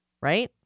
Right